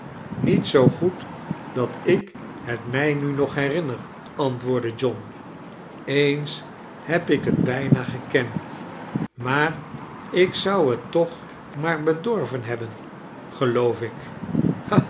ndet zoo goed dat ik het mij nu nog heirinneir antwoordde john eens heb ik t bijna gekend maar ik zou het toch maar bedorven hebben geioof ik